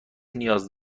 نیاز